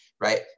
right